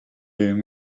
been